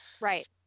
Right